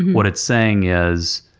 what it's saying is,